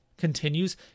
continues